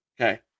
Okay